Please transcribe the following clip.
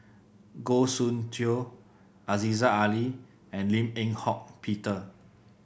Goh Soon Tioe Aziza Ali and Lim Eng Hock Peter